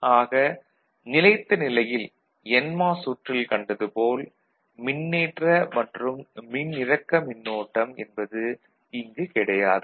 ஆக நிலைத்த நிலையில் என்மாஸ் சுற்றில் கண்டது போல் மின்னேற்ற மற்றும் மின்னிறக்க மின்னோட்டம் என்பது இங்கு கிடையாது